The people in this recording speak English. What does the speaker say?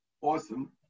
Awesome